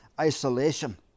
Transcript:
isolation